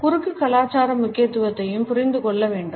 குறுக்கு கலாச்சார முக்கியத்துவத்தையும் புரிந்து கொள்ள வேண்டும்